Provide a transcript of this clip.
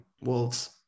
Wolves